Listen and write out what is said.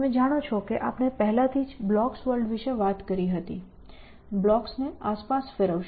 તમે જાણો છો કે આપણે પહેલાથી જ બ્લોક્સ વર્લ્ડ વિશે વાત કરી હતી બ્લોક્સને આસપાસ ફેરવશું